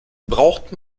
braucht